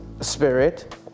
spirit